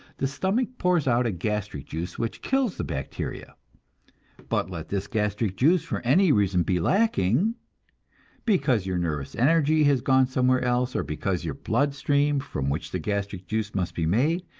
the stomach pours out a gastric juice which kills the bacteria but let this gastric juice for any reason be lacking because your nervous energy has gone somewhere else, or because your blood-stream, from which the gastric juice must be made,